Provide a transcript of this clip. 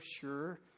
sure